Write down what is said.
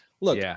look